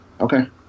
Okay